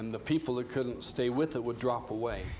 and the people that couldn't stay with it would drop away